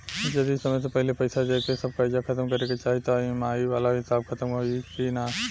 जदी समय से पहिले पईसा देके सब कर्जा खतम करे के चाही त ई.एम.आई वाला हिसाब खतम होइकी ना?